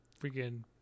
freaking